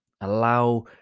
Allow